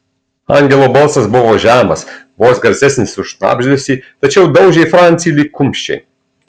angelo balsas buvo žemas vos garsesnis už šnabždesį tačiau daužė francį lyg kumščiai